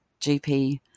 GP